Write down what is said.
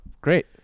great